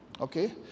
okay